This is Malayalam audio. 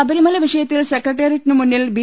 ശബരിമല വിഷയത്തിൽ സെക്രട്ടേറിയറ്റിന് മുമ്പിൽ ബി